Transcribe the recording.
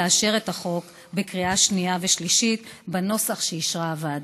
לאשר את החוק בקריאה שנייה ושלישית בנוסח שאישרה הוועדה.